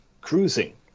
cruising